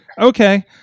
Okay